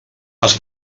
has